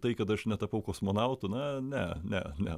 tai kad aš netapau kosmonautu na ne ne ne